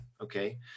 Okay